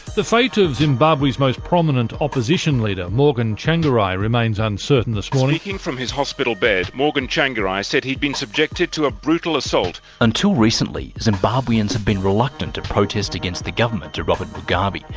the fate of zimbabwe's most prominent opposition leader, morgan tsvangirai, remains uncertain this morning. speaking from his hospital bed, morgan tsvangirai said he'd been subjected to a brutal assault. until recently, zimbabweans have been reluctant to protest against the government of robert mugabe,